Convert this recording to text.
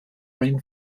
rain